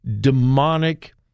demonic